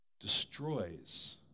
destroys